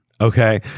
okay